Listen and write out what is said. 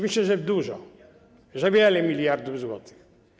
Myślę, że dużo, że wiele miliardów złotych.